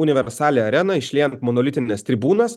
universalią areną išliejant monolitines tribūnas